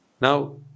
Now